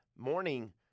morning